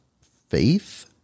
faith